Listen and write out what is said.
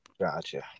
Gotcha